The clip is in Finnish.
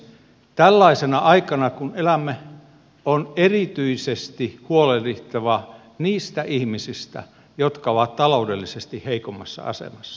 tällaisena aikana kun elämme on erityisesti huolehdittava niistä ihmisistä jotka ovat taloudellisesti heikoimmassa asemassa